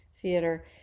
Theater